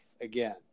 again